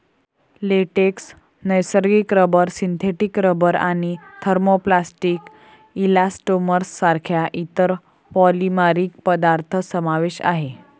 latex, नैसर्गिक rubber, synthetic rubber आणि thermoplastic elastomers सारख्या इतर पॉलिमरिक पदार्थ समावेश आहे